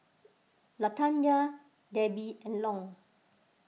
Latanya Debbi and Long